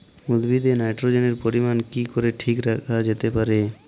উদ্ভিদে নাইট্রোজেনের পরিমাণ কি করে ঠিক রাখা যেতে পারে?